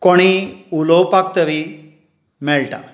कोणूय उलोवपाक तरी मेळटा